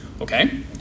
okay